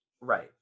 Right